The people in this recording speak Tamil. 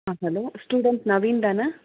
ஆ ஹலோ ஸ்டூடண்ட் நவீன் தானே